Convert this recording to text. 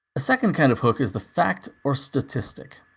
a second kind of hook is the fact or statistic.